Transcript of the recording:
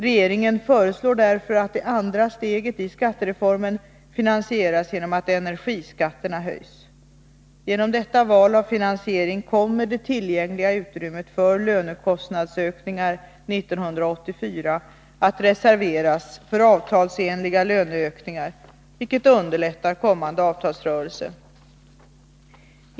Regeringen föreslår därför att det andra steget i skattereformen finansieras genom att energiskatterna höjs. Genom detta val av finansiering kommer det tillgängliga utrymmet för lönekostnadsökningar 1984 att reserveras för avtalsenliga löneökningar, vilket underlättar kommande avtalsrörelse.